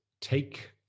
take